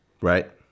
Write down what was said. Right